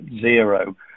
zero